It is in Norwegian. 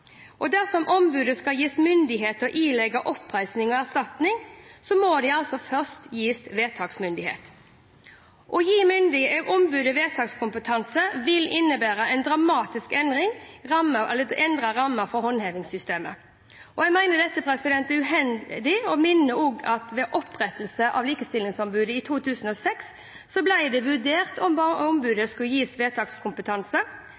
bindende. Dersom ombudet skal gis myndighet til å ilegge oppreisning og erstatning, må det først gis vedtaksmyndighet. Å gi ombudet vedtakskompetanse vil innebære en dramatisk endring og endret ramme for håndhevingssystemet. Jeg mener dette er uheldig, og minner også om at ved opprettelsen av Likestillingsombudet i 2006 ble det vurdert om